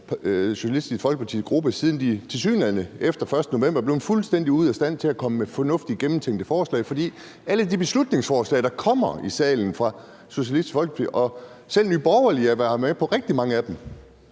Socialistisk Folkepartis gruppe, siden de tilsyneladende efter den 1. november 2022 er blevet fuldstændig ude af stand til at komme med fornuftige og gennemtænkte forslag. For alle de beslutningsforslag, der kommer i salen fra Socialistisk Folkeparti – selv Nye Borgerlige har været med på rigtig mange af dem